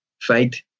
fight